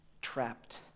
trapped